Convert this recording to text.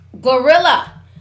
Gorilla